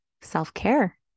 self-care